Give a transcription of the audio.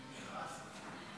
אבל